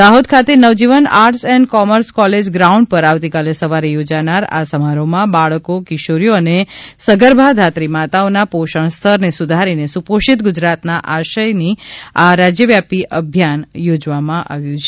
દાહોદ ખાતે Navjivan arts and commerce college ground પર આવતીકાલે સવારે યોજાનાર આ સમારોહમાં બાળકો કિશોરીઓ અને સગર્ભા ધાત્રી માતાઓના પોષણસ્તરને સુધારીને સુપોષિત ગુજરાત ના આશયથી આ રાજ્યવ્યાપી અભિયાન યોજવામાં આવ્યું છે